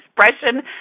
expression